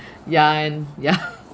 ya and yeah